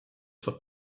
for